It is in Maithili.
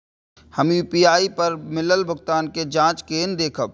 हम यू.पी.आई पर मिलल भुगतान के जाँच केना देखब?